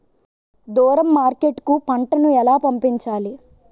దూరం మార్కెట్ కు పంట ను ఎలా పంపించాలి?